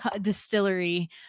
distillery